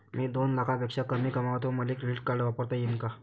मी दोन लाखापेक्षा कमी कमावतो, मले क्रेडिट कार्ड वापरता येईन का?